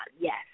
Yes